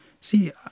See